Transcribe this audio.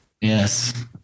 yes